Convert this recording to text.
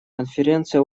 конференция